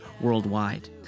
worldwide